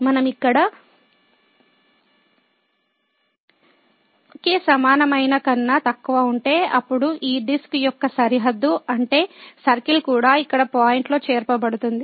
మనం ఇక్కడ to కి సమానమైన కన్నా తక్కువ ఉంటే అప్పుడు ఈ డిస్క్ యొక్క సరిహద్దు అంటే సర్కిల్ కూడా ఇక్కడ పాయింట్లో చేర్చబడుతుంది